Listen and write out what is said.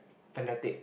fanatic